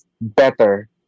better